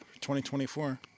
2024